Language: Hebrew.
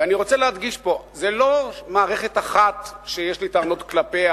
אני רוצה להדגיש פה שזו לא מערכת אחת שיש לי טענות כלפיה,